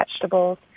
vegetables